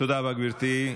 תודה רבה, גברתי.